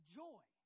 joy